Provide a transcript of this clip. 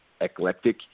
eclectic